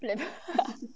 black